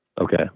Okay